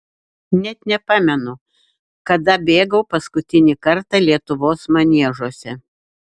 net nepamenu kada bėgau paskutinį kartą lietuvos maniežuose